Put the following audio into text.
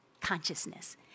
consciousness